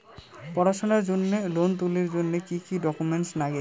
পড়াশুনার জন্যে লোন তুলির জন্যে কি কি ডকুমেন্টস নাগে?